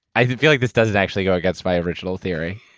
i feel like this doesn't actually go against my original theory.